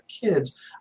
kids